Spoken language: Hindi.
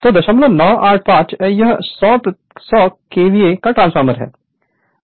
तो 0985 यह 100 केवीए का ट्रांसफार्मर है